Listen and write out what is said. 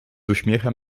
uśmiechem